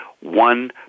One